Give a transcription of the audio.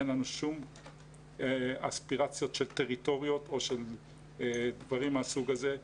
אין לנו שום אספירציות של טריטוריות או של דברים מהסוג הזה,